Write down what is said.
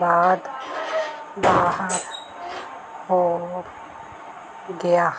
ਬਾਅਦ ਬਾਹਰ ਹੋ ਗਿਆ